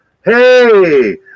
Hey